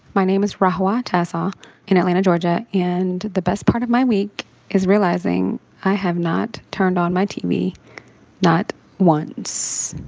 my name is rawha tasel in atlanta, ga. and the best part of my week is realizing i have not turned on my tv not once.